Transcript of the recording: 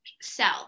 sell